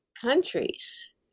countries